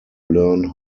learn